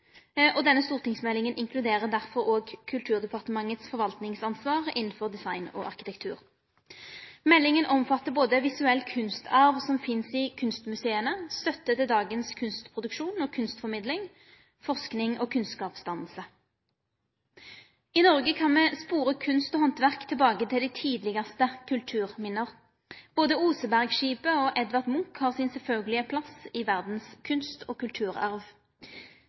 Denne stortingsmeldinga inkluderer derfor òg Kulturdepartementets forvaltingsansvar innanfor design og arkitektur. Meldinga omfattar både visuell kunstarv som finst i kunstmusea, støtte til dagens kunstproduksjon og kunstformidling, forsking og kunnskapsdanning. I Noreg kan me spore kunst og handverk tilbake til dei tidlegaste kulturminne. Både Osebergskipet og Edvard Munch har sin sjølvsagde plass i verdas kunst- og kulturarv.